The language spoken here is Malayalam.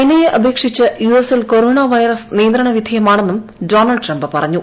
ചൈനയെ അപേക്ഷിച്ച് യു എസിൽ കൊറോണ വൈറസ് നിയന്ത്രണ വിധേയ്യമാണെന്നും ഡോണൾഡ് ട്രംപ് പറഞ്ഞു